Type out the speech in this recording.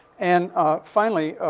and ah finally,